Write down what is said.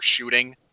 shooting